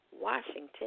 Washington